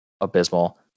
abysmal